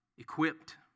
Equipped